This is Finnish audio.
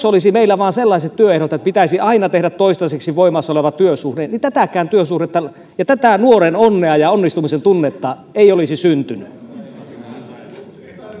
olisi vain sellaiset työehdot että pitäisi aina tehdä toistaiseksi voimassa oleva työsuhde että tätäkään työsuhdetta ja tätä nuoren onnea ja onnistumisen tunnetta ei olisi syntynyt